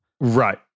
Right